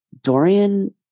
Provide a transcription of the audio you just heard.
Dorian